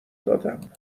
دادم